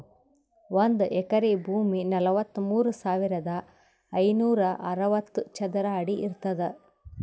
ಒಂದ್ ಎಕರಿ ಭೂಮಿ ನಲವತ್ಮೂರು ಸಾವಿರದ ಐನೂರ ಅರವತ್ತು ಚದರ ಅಡಿ ಇರ್ತದ